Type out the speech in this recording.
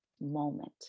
moment